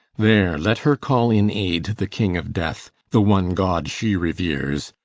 there let her call in aid the king of death, the one god she reveres,